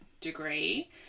degree